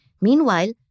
Meanwhile